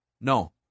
No